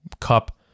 Cup